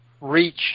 reach